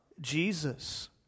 Jesus